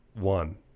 one